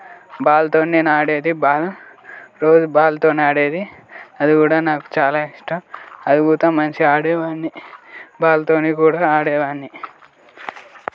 బాల్తో నేన్ ఆడేది బాల్ రోజు బాల్తోనే ఆడేది అది కూడా నాకు చాలా ఇష్టం అది కూడా మంచిగా ఆడేవాడ్ని బాల్తోనే కూడా ఆడేవాడ్ని